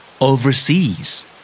Overseas